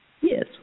Yes